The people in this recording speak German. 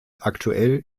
aktuell